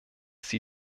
sie